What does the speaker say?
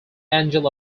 angel